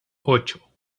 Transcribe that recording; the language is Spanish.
ocho